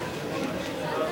נתקבלו.